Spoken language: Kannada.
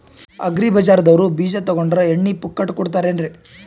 ಅಗ್ರಿ ಬಜಾರದವ್ರು ಬೀಜ ತೊಗೊಂಡ್ರ ಎಣ್ಣಿ ಪುಕ್ಕಟ ಕೋಡತಾರೆನ್ರಿ?